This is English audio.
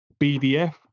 BDF